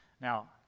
Now